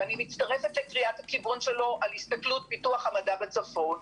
שאני מצטרפת לקריאת הכיוון שלו להסתכלות פיתוח המדע בצפון,